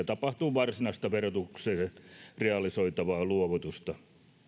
tapahtuu varsinaista verotuksen realisoivaa luovutusta